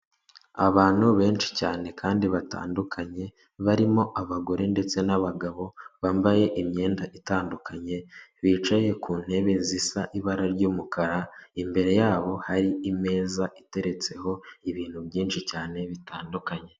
Abantu benshi cyane kandi batandukanye barimo abagore ndetse n'abagabo bambaye imyenda itandukanye, bicaye ku ntebe zisa ibara ry'umukara imbere yabo hari imeza iteretseho ibintu byinshi cyane bitandukanye.